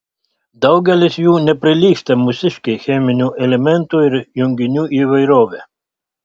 daugelis jų neprilygsta mūsiškei cheminių elementų ir junginių įvairove